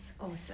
Awesome